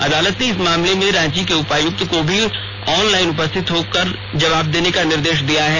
अदालत ने इस मामले में रांची के उपायुक्त को भी ऑनलाइन उपस्थित होने का निर्देश दिया है